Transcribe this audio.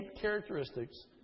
characteristics